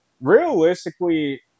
realistically